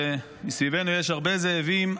ומסביבנו יש הרבה זאבים,